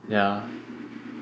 yeah